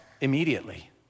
immediately